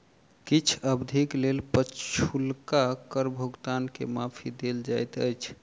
किछ अवधिक लेल पछुलका कर भुगतान के माफी देल जाइत अछि